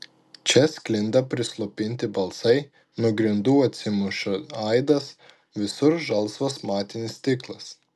čia sklinda prislopinti balsai nuo grindų atsimuša aidas visur žalsvas matinis stiklas